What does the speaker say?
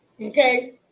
Okay